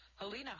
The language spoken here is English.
Helena